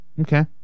Okay